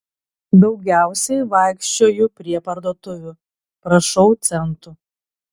daugiausiai vaikščioju prie parduotuvių prašau centų